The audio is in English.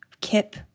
kip